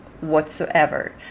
whatsoever